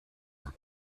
are